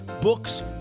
books